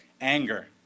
anger